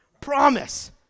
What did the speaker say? Promise